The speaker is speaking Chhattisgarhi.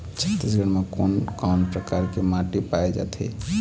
छत्तीसगढ़ म कोन कौन प्रकार के माटी पाए जाथे?